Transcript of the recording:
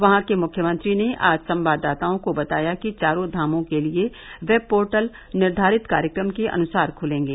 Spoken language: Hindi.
वहां के मुख्यमंत्री ने आज संवाददाताओं को बताया कि चारों धामों के लिए वेब पोर्टल निर्धारित कार्यक्रम के अनुसार खुलेंगे